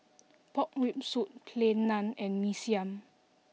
pork rib soup plain naan and mee siam